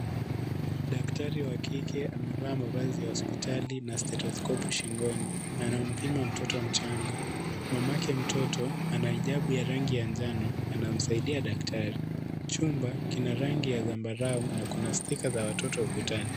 Daktari wa kike amevaa mavazi ya hospitali na stetoskopu shingonina anampima mtoto mchanga. Mamake mtoto ana hijabu ya rangi ya njano anamsaidia daktari. Chumba kina rangi ya sambarau na kuna(cs) sticker(cs) za watoto ukutani.